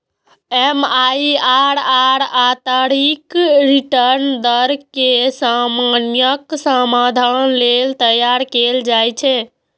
MIRR आंतरिक return दर के समस्याक समाधान लेल तैयार कैल जाइ छै